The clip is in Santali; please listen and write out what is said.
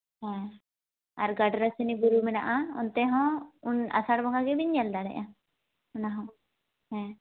ᱦᱮᱸ ᱟᱨ ᱜᱟᱰᱨᱟᱥᱤᱱᱤ ᱵᱩᱨᱩ ᱦᱮᱱᱟᱜᱼᱟ ᱚᱱᱛᱮ ᱦᱚᱸ ᱩᱱ ᱟᱥᱟᱲ ᱵᱚᱸᱜᱟ ᱜᱮᱵᱤᱱ ᱧᱮᱞ ᱫᱟᱲᱮᱭᱟᱜᱼᱟ ᱚᱱᱟ ᱦᱚᱸ ᱦᱮᱸ